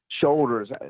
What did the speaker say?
shoulders